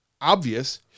obvious